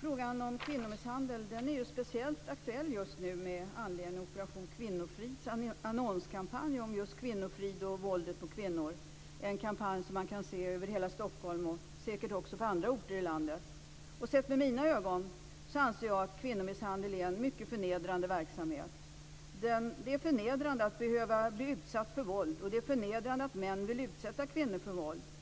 Frågan om kvinnomisshandel är speciellt aktuell just nu med anledning av Operation kvinnofrids annonskampanj om just kvinnofrid och våldet mot kvinnor. Det är en kampanj som man kan se över hela Stockholm och säkert också på andra orter i landet. Sett med mina ögon är kvinnomisshandel en mycket förnedrande verksamhet. Det är förnedrande att behöva bli utsatt för våld, och det är förnedrande att män vill utsätta kvinnor för våld.